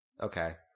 Okay